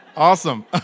Awesome